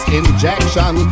injection